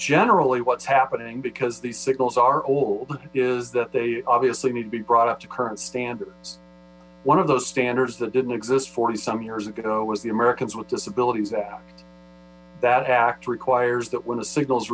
generally what's happening because these signals are old is that they obviously need to be brought up to current standards one of those standards didn't exist forty some years ago was the americans with disabilities act that act requires that when a signal